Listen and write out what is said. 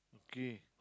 kay